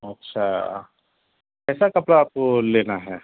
اچھا کیسا کپڑا آپ کو لینا ہے